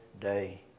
day